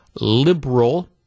liberal